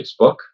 Facebook